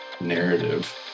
narrative